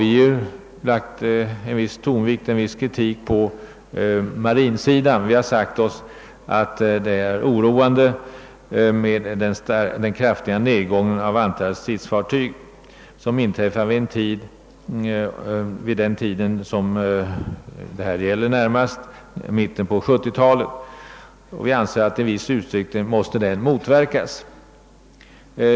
Vi har lagt tonvikten på marinsidan och riktat kritik mot regeringsförslaget särskilt på denna punkt. Den kraftiga minskning av antalet stridsfartyg som kommer att inträda i mitten av 1970-talet är oroande. Vi anser att den i viss utsträckning måste motverkas.